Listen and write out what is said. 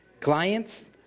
clients